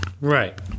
Right